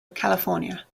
california